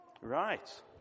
Right